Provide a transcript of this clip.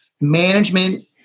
management